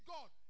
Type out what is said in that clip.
God